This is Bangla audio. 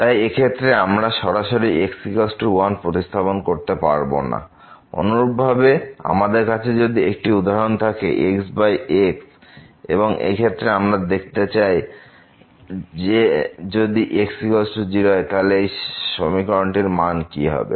তাই এই ক্ষেত্রে আমরা সরাসরি x 1 প্রতিস্থাপন করতে পারবো না অনুরূপভাবে আমাদের কাছে যদি একটি উদাহরণ থাকে x x এবং এই ক্ষেত্রে আমরা যদি দেখতে চাই যে যদি x 0 হয় তাহলে সেই সমীকরণটির মান কি হবে